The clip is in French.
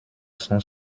sans